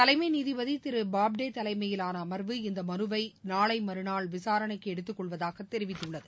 தலைமைநீதிபதிதிருபாப்டேதலைமையிலானஅமர்வு இந்தமனுவைநாளைமறுநாள் விசாரணைக்குஎடுத்துக்கொள்வதாகதெரிவித்துள்ளது